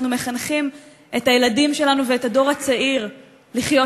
מחנכים את הילדים שלנו ואת הדור הצעיר לחיות,